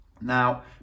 Now